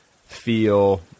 feel